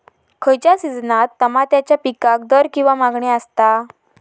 खयच्या सिजनात तमात्याच्या पीकाक दर किंवा मागणी आसता?